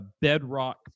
bedrock